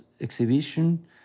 exhibition